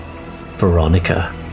Veronica